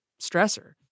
stressor